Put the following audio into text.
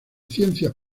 ciencias